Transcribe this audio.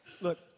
look